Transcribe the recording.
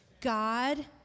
God